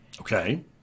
Okay